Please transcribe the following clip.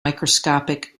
microscopic